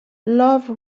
love